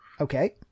Okay